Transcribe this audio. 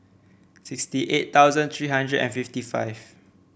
sixty eight thousand three hundred and fifty five